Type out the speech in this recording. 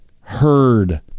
heard